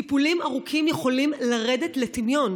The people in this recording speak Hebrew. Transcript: טיפולים ארוכים יכולים לרדת לטמיון.